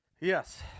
Yes